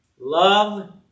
love